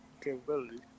capability